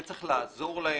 וצריך לעזור להם.